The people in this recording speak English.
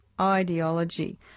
ideology